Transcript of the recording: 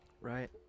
right